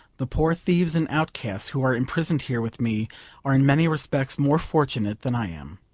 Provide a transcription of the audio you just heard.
the poor thieves and outcasts who are imprisoned here with me are in many respects more fortunate than i am.